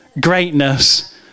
greatness